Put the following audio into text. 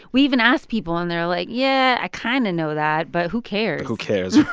we even asked people, and they were like, yeah, i kind of know that. but who cares? who cares?